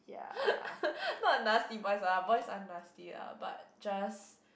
not nasty boys ah boys are nasty ah but just